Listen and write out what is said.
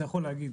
אתה יכול להגיד.